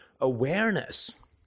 awareness